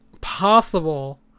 possible